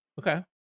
Okay